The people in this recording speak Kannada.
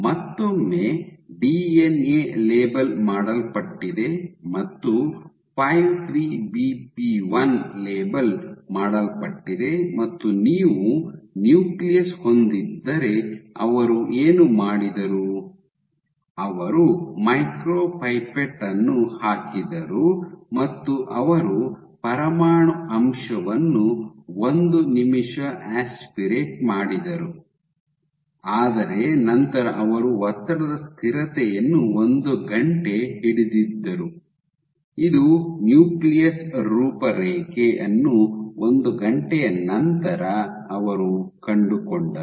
ಮತ್ತೊಮ್ಮೆ ಡಿಎನ್ಎ ಲೇಬಲ್ ಮಾಡಲ್ಪಟ್ಟಿದೆ ಮತ್ತು 53 ಬಿಪಿ 1 ಲೇಬಲ್ ಮಾಡಲ್ಪಟ್ಟಿದೆ ಮತ್ತು ನೀವು ನ್ಯೂಕ್ಲಿಯಸ್ ಹೊಂದಿದ್ದರೆ ಅವರು ಏನು ಮಾಡಿದರು ಅವರು ಮೈಕ್ರೊಪಿಪೆಟ್ ಅನ್ನು ಹಾಕಿದರು ಮತ್ತು ಅವರು ಪರಮಾಣು ಅಂಶವನ್ನು ಒಂದು ನಿಮಿಷ ಆಸ್ಪಿರೇಟ್ ಮಾಡಿದರು ಆದರೆ ನಂತರ ಅವರು ಒತ್ತಡದ ಸ್ಥಿರತೆಯನ್ನು ಒಂದು ಗಂಟೆ ಹಿಡಿದಿದ್ದರು ಇದು ನ್ಯೂಕ್ಲಿಯಸ್ ರೂಪರೇಖೆ ಅನ್ನು ಒಂದು ಗಂಟೆಯ ನಂತರ ಅವರು ಕಂಡುಕೊಂಡರು